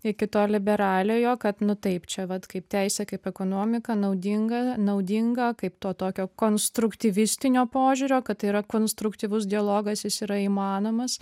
iki to liberaliojo kad nu taip čia vat kaip teisė kaip ekonomika naudinga naudinga kaip to tokio konstruktyvistinio požiūrio kad tai yra konstruktyvus dialogas jis yra įmanomas